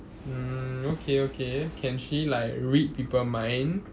mm okay okay can she like read people mind